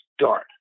start